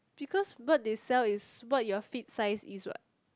because what they sell is what your feet size is what